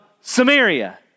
Samaria